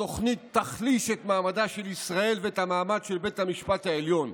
התוכנית תחליש את מעמדה של ישראל ואת המעמד של בית המשפט העליון.